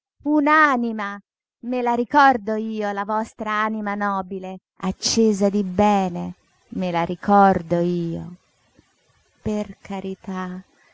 un'anima me la ricordo io la vostra anima nobile accesa di bene me la ricordo io per carità